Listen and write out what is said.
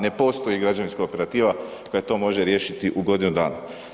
Ne postoji građevinska operativa koja to može riješiti u godinu dana.